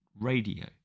radio